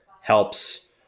helps